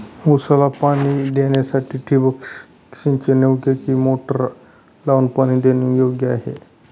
ऊसाला पाणी देण्यासाठी ठिबक सिंचन योग्य कि मोटर लावून पाणी देणे योग्य आहे?